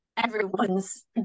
Everyone's